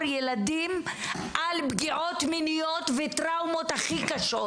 ילדים על פגיעות מיניות וטראומות הכי קשות,